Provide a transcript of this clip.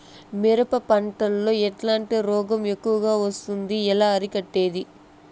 మిరప పంట లో ఎట్లాంటి రోగం ఎక్కువగా వస్తుంది? ఎలా అరికట్టేది?